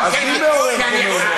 מי מעורר פה מהומות?